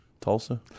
Tulsa